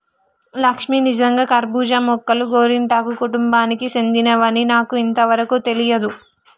లక్ష్మీ నిజంగా కర్బూజా మొక్కలు గోరింటాకు కుటుంబానికి సెందినవని నాకు ఇంతవరకు తెలియదు